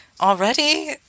already